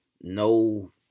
No